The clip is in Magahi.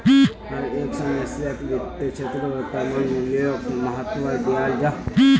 हर एक समयेत वित्तेर क्षेत्रोत वर्तमान मूल्योक महत्वा दियाल जाहा